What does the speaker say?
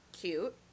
cute